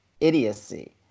idiocy